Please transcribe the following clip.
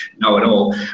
know-it-all